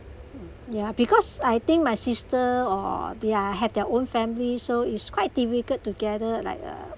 ya because I think my sister or they are have their own family so is quite difficult together like a